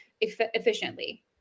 efficiently